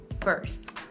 first